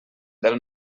del